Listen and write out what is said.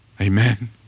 amen